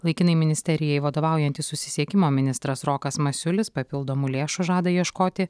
laikinai ministerijai vadovaujantis susisiekimo ministras rokas masiulis papildomų lėšų žada ieškoti